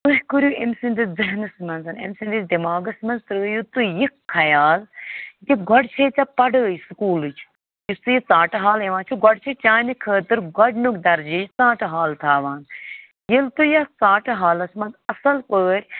تُہۍ کٔرِو أمۍ سٕنٛدِس ذہنَس منٛز أمۍ سٕنٛدِس دٮ۪ماغَس منٛز ترٛٲیِو تُہۍ یہِ خیال کہِ گۄڈٕ چھے ژےٚ پَڑٲے سکوٗلٕچ یُس تُہ یہِ ژاٹہٕ حال یِوان چھُ گۄڈٕ چھِ چانہِ خٲطرٕ گۄڈٕنیُک درجے ژاٹہٕ حال تھاوان ییٚلہِ تُہۍ یَتھ ژاٹہٕ حالَس منٛز اَصٕل پٲٹھۍ